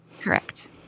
Correct